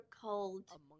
called